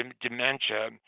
dementia